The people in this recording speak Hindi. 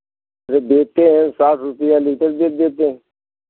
अरे देते हैं साठ रुपैया लीटर दूध देते हैं